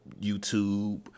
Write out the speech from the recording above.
YouTube